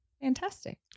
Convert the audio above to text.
fantastic